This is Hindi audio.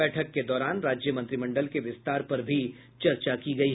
बैठक के दौरान राज्य मंत्रिमंडल के विस्तार पर भी चर्चा की गयी